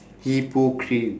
hypocrite